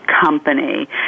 company